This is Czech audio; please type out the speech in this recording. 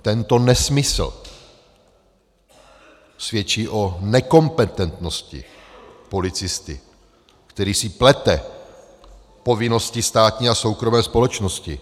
Tento nesmysl svědčí o nekompetentnosti policisty, který si plete povinnosti státní a soukromé společnosti.